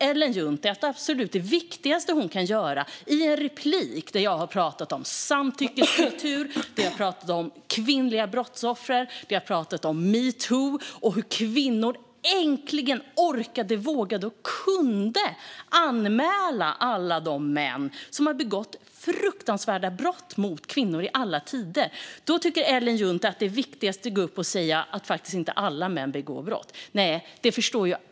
Ellen Juntti känner att det absolut viktigaste hon kan göra i en replik på mitt anförande, där jag har talat om samtyckeskultur, kvinnliga brottsoffer, metoo och hur kvinnor äntligen orkade, vågade och kunde anmäla alla de män som har begått fruktansvärda brott mot kvinnor i alla tider, är att säga att inte alla män begår brott. Fru talman!